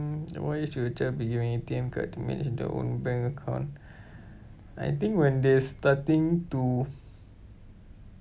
mm at what age should a child be given A_T_M card to manage their own bank account I think when they starting to